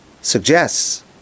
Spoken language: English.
suggests